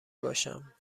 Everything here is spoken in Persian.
باشم